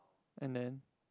and then